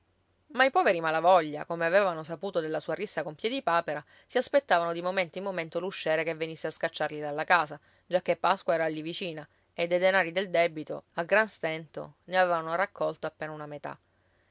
ma i poveri malavoglia come avevano saputo della sua rissa con piedipapera si aspettavano di momento in momento l'usciere che venisse a scacciarli dalla casa giacché pasqua era lì vicina e dei denari del debito a gran stento ne avevano raccolto appena una metà